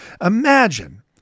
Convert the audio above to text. Imagine